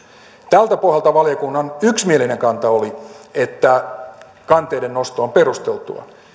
tältä pohjalta valiokunnan yksimielinen kanta oli että kanteiden nosto on perusteltua